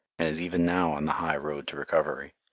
and is even now on the high road to recovery.